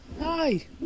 Hi